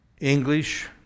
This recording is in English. English